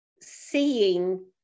seeing